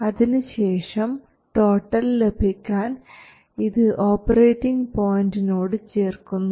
അതിനുശേഷം ടോട്ടൽ ലഭിക്കാൻ ഇത് ഓപ്പറേറ്റിങ് പോയിന്റിനോട് ചേർക്കുന്നു